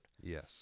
Yes